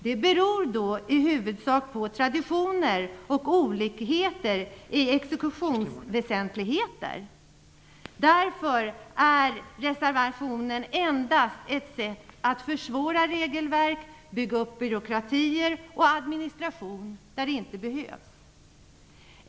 Det beror i huvudsak på traditioner och olikheter i exekutionsväsendet. Därför är reservationens förslag endast ett sätt att försvåra regelverk och bygga upp byråkrati och administration där det inte behövs.